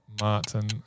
Martin